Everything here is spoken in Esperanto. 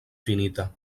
finita